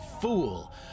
fool